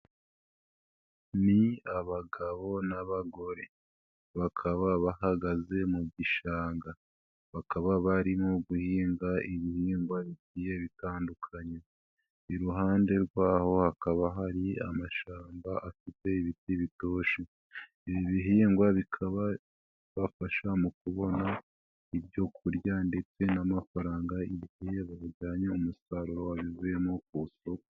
Ni abagabo n'abagore, bakaba bahagaze mu gishanga, bakaba barimo guhinga ibihihingwa bigiye bitandukanye, iruhande rwaho hakaba hari amashamba afite ibiti, ibi bihingwa bikaba bibafasha mu kubona ibyo kurya ndetse n'amafaranga igihe babijyanye umusaruro wabivuyemo ku isoko.